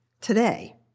today